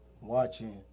watching